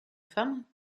femme